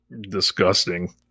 Disgusting